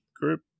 group